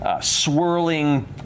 Swirling